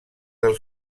del